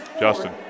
justin